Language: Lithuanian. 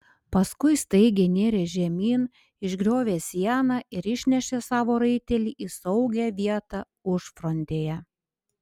paskui staigiai nėrė žemyn išgriovė sieną ir išnešė savo raitelį į saugią vietą užfrontėje